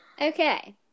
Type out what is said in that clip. Okay